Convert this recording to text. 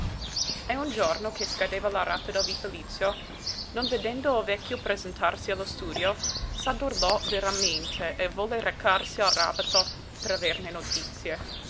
e un giorno che scadeva la rata del vitalizio non vedendo il vecchio presentarsi allo studio s'addolorò veramente e volle recarsi al ràbato per averne notizie